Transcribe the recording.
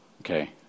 Okay